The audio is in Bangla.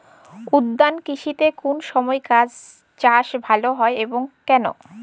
উদ্যান কৃষিতে কোন সময় চাষ ভালো হয় এবং কেনো?